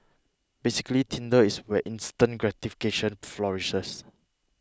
basically tinder is where instant gratification flourishes